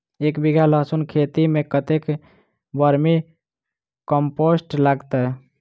एक बीघा लहसून खेती मे कतेक बर्मी कम्पोस्ट लागतै?